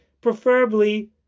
preferably